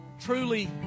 truly